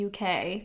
UK